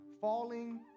Falling